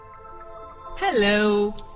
Hello